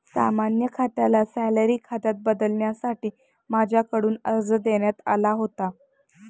सामान्य खात्याला सॅलरी खात्यात बदलण्यासाठी माझ्याकडून अर्ज देण्यात आला होता